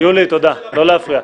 יולי, תודה, לא להפריע.